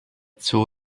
zoo